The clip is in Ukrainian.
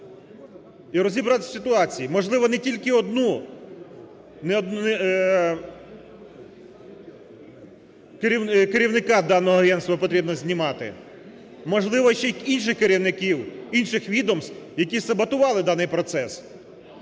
і розібратися в ситуації. Можливо, не тільки одну, керівника даного агентства потрібно знімати. Можливо, ще й інших керівників інших відомств, які саботували даний процес.